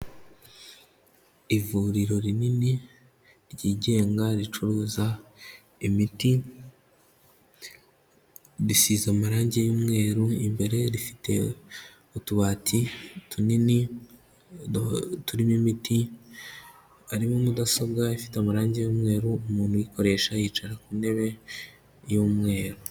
Ivuriro rinini ryigenga ricuruza imiti, risize amarangi y'umweru, imbere rifite utubati tunini turimo imiti, harimo mudasobwa ifite amarangi y'umweru, umuntu uyikoresha yicara ku ntebe y'umweru.